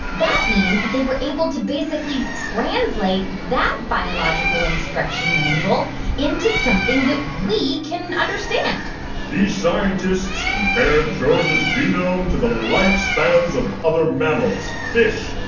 that means that they were able to basically translate that biological instruction manual into something that we can understand these scientists compared george's genome to the lifespans of other mammals, fish,